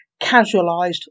casualised